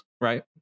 right